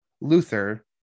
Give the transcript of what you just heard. Luther